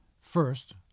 first